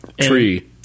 Tree